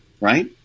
right